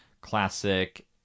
classic